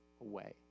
away